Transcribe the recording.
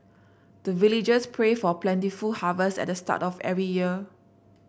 the villagers pray for plentiful harvest at the start of every year